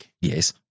Yes